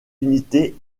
unités